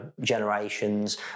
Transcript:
generations